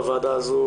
בוועדה הזאת,